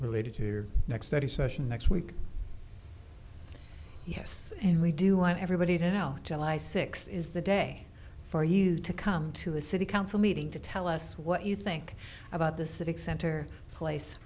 related to next study session next week yes and we do want everybody to know july sixth is the day for you to come to a city council meeting to tell us what you think about the civic center place